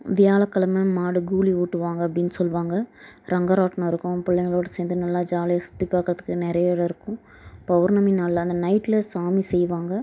வியாழக்கிழம மாடு கூலி ஊட்டுவாங்க அப்படின்னு சொல்லுவாங்க ரங்கராட்டினம் இருக்கும் பிள்ளைங்களோட சேர்ந்து நல்லா ஜாலியாக சுற்றி பார்க்குறதுக்கு நிறைய இடம் இருக்கும் பௌர்ணமி நாளில் அந்த நைட்டில் சாமி செய்வாங்க